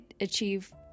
achieve